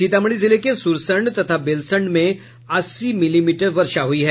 सीतामढी जिले के सुरसंड तथा बेलसंड में अस्सी मिलीमीटर वर्षा हुई है